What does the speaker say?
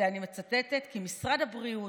ואני מצטטת: "משרד הבריאות,